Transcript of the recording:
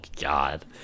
God